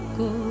go